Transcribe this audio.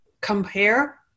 Compare